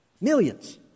Millions